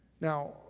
Now